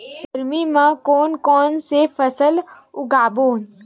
गरमी मा कोन कौन से फसल उगाबोन?